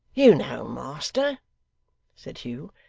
you know, master said hugh,